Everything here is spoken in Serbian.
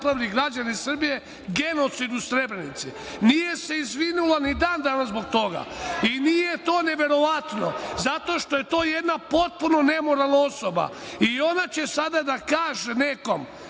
građani Srbije genocid u Srebrenici, nije se izvinula ni danas zbog toga i nije to neverovatno zato što je to jedna potpuno nemoralna osoba i ona će sada da kaže nekom